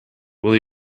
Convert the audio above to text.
will